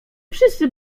wszyscy